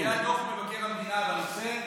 היה דוח מבקר המדינה בנושא,